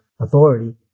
authority